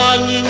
One